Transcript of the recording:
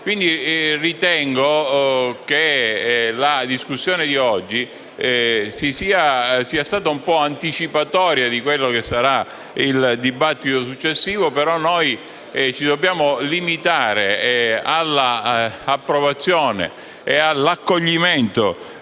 urgenza. Ritengo che la discussione di oggi sia stata un po' anticipatoria del dibattito successivo, però noi ora ci dobbiamo limitare all'approvazione e all'accoglimento